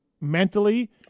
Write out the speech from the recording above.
mentally